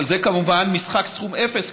אבל זה כמובן משחק סכום אפס,